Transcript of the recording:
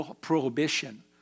prohibition